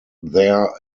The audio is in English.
their